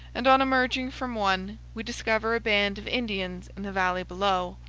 and on emerging from one we discover a band of indians in the valley below.